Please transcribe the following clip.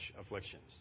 afflictions